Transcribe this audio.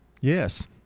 Yes